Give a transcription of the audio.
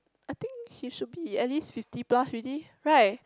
I think he should be at least fifty plus already right